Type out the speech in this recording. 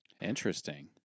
Interesting